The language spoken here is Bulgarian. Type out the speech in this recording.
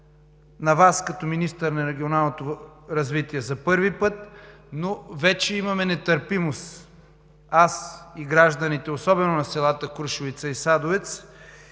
на Вас, като министър на регионалното развитие за първи път, но вече имаме нетърпимост – аз и гражданите, особено на селата Крушовица и Садовец,